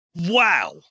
Wow